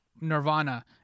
Nirvana